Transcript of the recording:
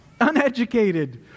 uneducated